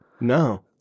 no